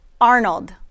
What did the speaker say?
Arnold